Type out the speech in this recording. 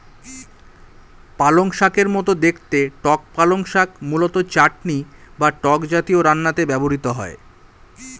পালংশাকের মতো দেখতে টক পালং শাক মূলত চাটনি বা টক জাতীয় রান্নাতে ব্যবহৃত হয়